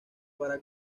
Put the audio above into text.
para